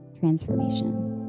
transformation